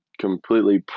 completely